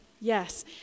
Yes